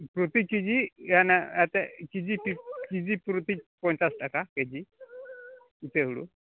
ᱯᱨᱚᱛᱤ ᱠᱤᱡᱤ ᱠᱤᱡᱤ ᱯᱨᱩᱛᱤ ᱯᱚᱧᱪᱟᱥ ᱴᱟᱠᱟ ᱠᱤᱡᱤ ᱤᱛᱟᱹ ᱦᱩᱲᱩ